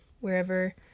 Wherever